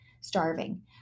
starving